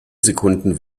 sekunden